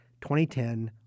2010